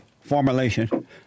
formulation